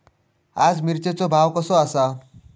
आज मिरचेचो भाव कसो आसा?